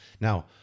Now